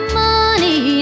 money